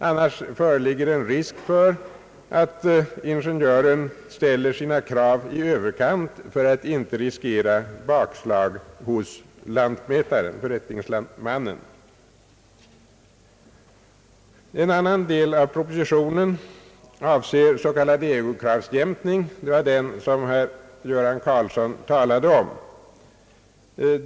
Annars föreligger en risk för att ingenjören ställer sina krav i överkant för att inte riskera bakslag hos lantmätaren-förrättningsmannen. En annan del av propositionen avser s.k. ägokravsjämkning. Det var den som herr Göran Karlsson talade om.